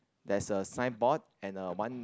there's a signboard and a one